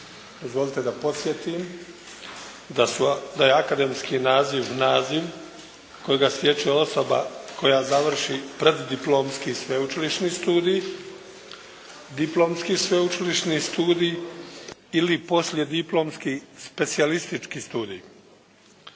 Izvolite da podsjetim da je akademski naziv, naziv kojega stječe osoba koja završi preddiplomski i sveučilišni studij, diplomski sveučilišni studij ili poslijediplomski specijalistički studij.